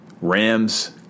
Rams